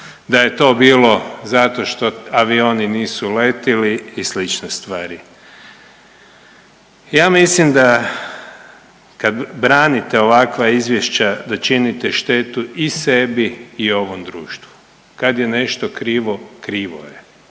da je to bilo zato što avioni nisu letili i slične stvari. Ja mislim da kad branite ovakva izvješća da činite štetu i sebi i ovom društvu. Kad je nešto krivo, krivo je,